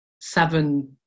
seven